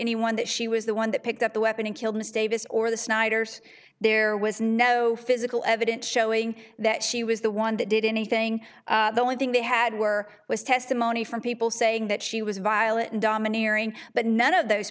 anyone that she was the one that picked up the weapon and killed misstatements or the snyders there was no physical evidence showing that she was the one that did anything the only thing they had were was testimony from people saying that she was violent and domineering but none of those